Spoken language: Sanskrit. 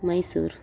मैसूरु